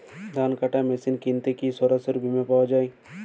ধান কাটার মেশিন কিনতে কি সরকারী বিমা পাওয়া যায়?